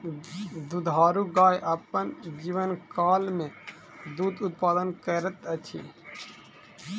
दुधारू गाय अपन जीवनकाल मे दूध उत्पादन करैत अछि